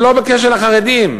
לא בקשר לחרדים,